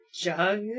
Jug